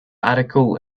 article